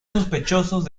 sospechosos